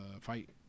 fight